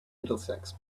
middlesex